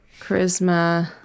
Charisma